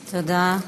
תודה.